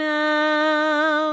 now